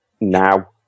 now